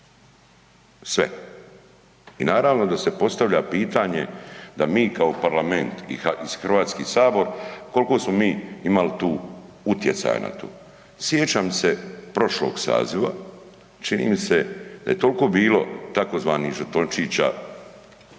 sve. I naravno da se postavlja pitanje da mi kao Parlament i HS koliko smo mi imali tu utjecaja na to? Sjećam se prošlog saziva, čini mi se da je toliko bilo tzv. žetončića,